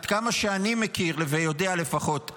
עד כמה שאני מכיר ויודע לפחות,